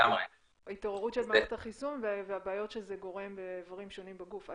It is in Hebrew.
התעוררות של מערכת החיסון והבעיות שזה גורם לאיברים שונים בגוף.